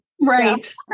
Right